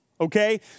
Okay